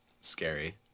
scary